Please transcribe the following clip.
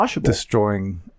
destroying